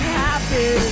happy